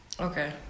Okay